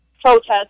protest